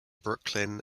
brooklyn